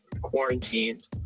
quarantined